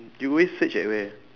you always search at where